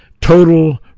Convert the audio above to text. total